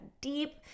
deep